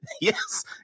yes